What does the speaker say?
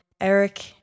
Eric